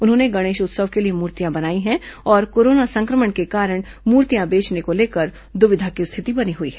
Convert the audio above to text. उन्होंने गणेश उत्सव के लिए मूर्तियां बनाई हैं और कोरोना संक्रमण के कारण मूर्तियां बेचने को लेकर दुविधा की रिथति बनी हुई है